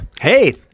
Hey